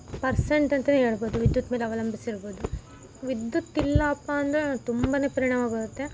percent ಅಂತಲೇ ಹೇಳ್ಬೋದು ವಿದ್ಯುತ್ ಮೇಲೆ ಅವಲಂಬಿಸಿರ್ಬೋದು ವಿದ್ಯುತ್ ಇಲ್ಲಪ್ಪ ಅಂದರೆ ನಮ್ಗೆ ತುಂಬ ಪರಿಣಾಮ ಬರುತ್ತೆ